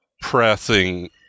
pressing